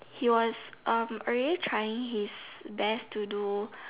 he was um already trying his best to do